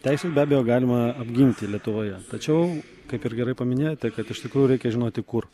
teises be abejo galima apginti lietuvoje tačiau kaip ir gerai paminėjote kad iš tikrųjų reikia žinoti kur